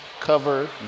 cover